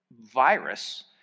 virus